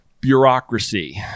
bureaucracy